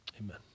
amen